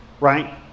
right